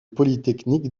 polytechnique